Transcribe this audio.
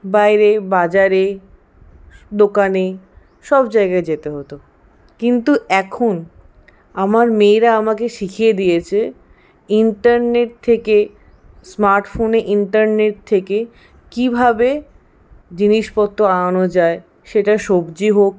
বাইরে বাজারে দোকানে সব জায়গায় যেতে হত কিন্তু এখন আমার মেয়েরা আমাকে শিখিয়ে দিয়েছে ইন্টারনেট থেকে স্মার্ট ফোনে ইন্টারনেট থেকে কীভাবে জিনিসপত্র আনানো যায় সেটা সবজি হোক